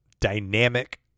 dynamic